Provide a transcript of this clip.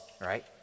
right